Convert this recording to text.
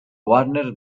warner